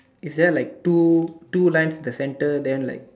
is there like two two lines in the center then like